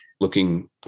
looking